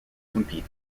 compete